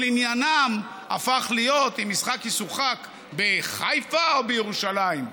כל עניינם הפך להיות אם משחק ישוחק בחיפה או בירושלים.